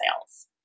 sales